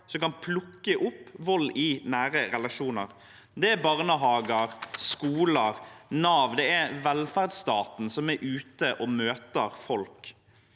som kan plukke opp vold i nære relasjoner. Om det er barnehager, skoler eller Nav – det er velferdsstaten som er ute og møter folk.